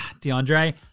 DeAndre